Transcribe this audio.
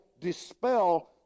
dispel